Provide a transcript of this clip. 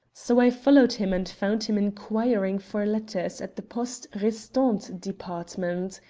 so i followed him, and found him inquiring for letters at the poste restante department.